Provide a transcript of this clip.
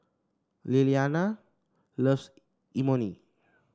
Lilyana loves Imoni